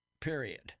period